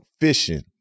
fishing